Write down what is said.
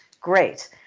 great